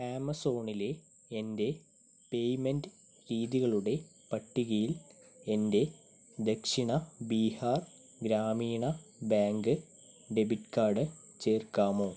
ആമസോണിലെ എൻ്റെ പേയ്മെന്റ് രീതികളുടെ പട്ടികയിൽ എൻ്റെ Dakshin Bihar Gramin bank debit card ചേർക്കാമോ